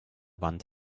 wand